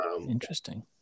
interesting